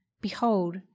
Behold